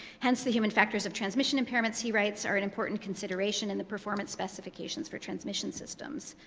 hence, the human factors of transmission impairments, he writes, are an important consideration in the performance specifications for transmission systems.